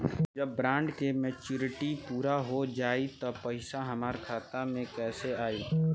जब बॉन्ड के मेचूरिटि पूरा हो जायी त पईसा हमरा खाता मे कैसे आई?